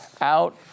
out